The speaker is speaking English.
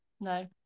No